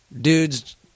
dude's